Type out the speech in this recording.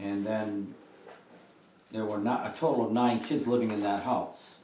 and then there were not a total of nine kids living in that house